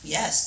Yes